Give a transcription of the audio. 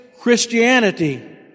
Christianity